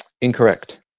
Incorrect